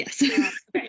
Yes